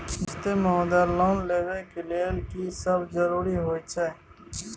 नमस्ते महोदय, लोन लेबै के लेल की सब जरुरी होय छै?